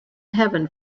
heaven